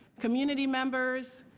community members,